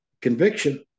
Conviction